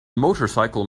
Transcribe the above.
motorcycle